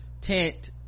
tent